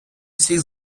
усіх